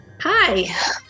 Hi